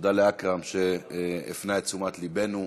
ותודה לאכרם שהפנה את תשומת לבנו.